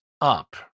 up